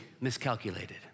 miscalculated